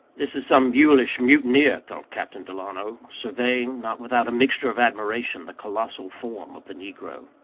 this is some mulish mutineer, thought captain delano, surveying, not without a mixture of admiration, the colossal form of the negro.